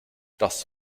das